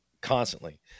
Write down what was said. constantly